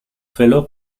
fellow